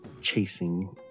chasing